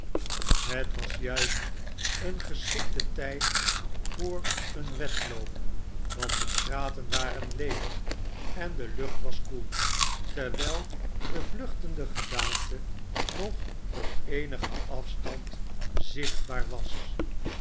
het was juist een geschikte tijd voor een wedloop want de straten waren ledig en de lucht was koel terwijl de vluchtende gedaante nog op eenigen afstand zichtbaar was